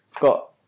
got